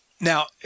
Now